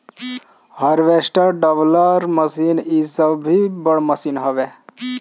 harvester, dibbler machine इ सब भी बड़ मशीन हवे